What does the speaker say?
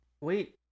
Wait